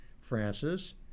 Francis